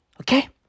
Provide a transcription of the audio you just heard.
Okay